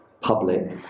public